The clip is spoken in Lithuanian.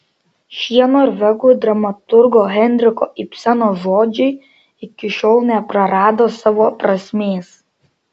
šie norvegų dramaturgo henriko ibseno žodžiai iki šiol neprarado savo prasmės